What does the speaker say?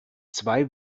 zwei